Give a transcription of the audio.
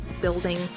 building